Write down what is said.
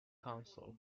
counsel